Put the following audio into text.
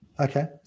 Okay